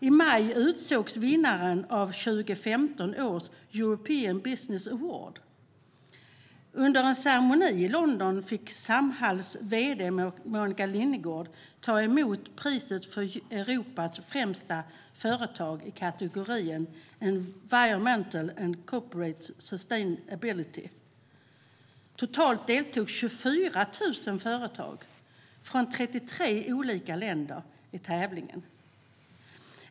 I maj utsågs vinnarna av 2015 års European Business Awards. Under en ceremoni i London fick Samhalls vd Monica Lingegård ta emot priset för Europas främsta företag i kategorin environmental & corporate sustainability. Totalt deltog 24 000 företag från 33 länder i tävlingen.